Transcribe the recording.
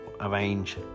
arrange